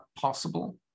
possible